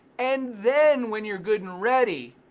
and then, when you're good and ready,